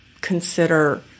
consider